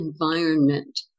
environment